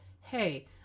hey